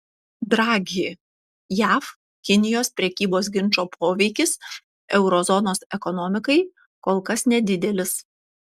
draghi jav kinijos prekybos ginčo poveikis euro zonos ekonomikai kol kas nedidelis